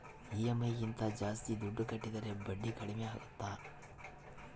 EMI ಗಿಂತ ಜಾಸ್ತಿ ದುಡ್ಡು ಕಟ್ಟಿದರೆ ಬಡ್ಡಿ ಕಡಿಮೆ ಆಗುತ್ತಾ?